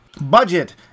Budget